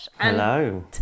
Hello